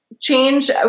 change